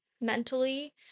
mentally